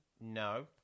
No